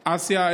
מאסיה,